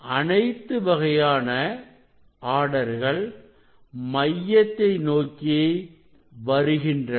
அனைத்து வகையான ஆர்டர்கள் மையத்தை நோக்கி வருகின்றன